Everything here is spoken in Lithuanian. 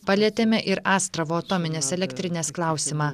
palietėme ir astravo atominės elektrinės klausimą